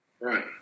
right